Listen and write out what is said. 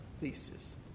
thesis